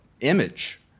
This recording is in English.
image